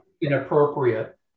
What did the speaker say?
inappropriate